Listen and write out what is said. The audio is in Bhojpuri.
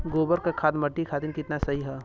गोबर क खाद्य मट्टी खातिन कितना सही ह?